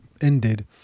ended